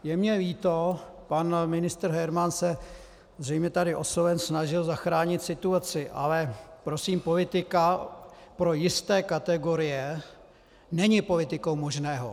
Je mi líto, pan ministr Herman se zřejmě tady osloven snažil zachránit situaci, ale prosím, politika pro jisté kategorie není politikou možného.